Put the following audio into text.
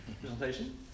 presentation